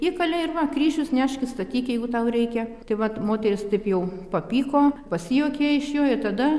įkalė ir va kryžius neškis statyk jeigu tau reikia tai vat moteris taip jau papyko pasijuokė iš jo i tada